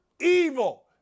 evil